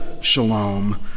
shalom